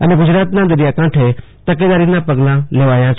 અને ગુજરાતના દરિયાકાંઠે તકેદારીના પગલા લેવાયા છે